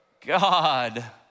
God